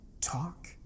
talk